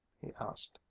he asked.